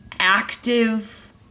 active